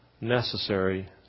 necessary